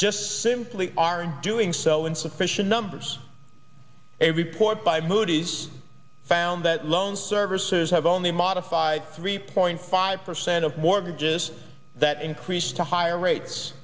just simply aren't doing so in sufficient numbers a report by moody's found that loan servicers have only modified three point five percent of mortgages that increase to higher rates